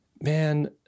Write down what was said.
man